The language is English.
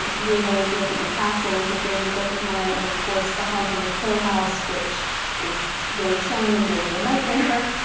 we have always lived in the castle is a favorite book of mine, and of course, the haunting of hill house, which is really chilling and gave me a nightmare.